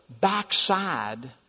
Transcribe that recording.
backside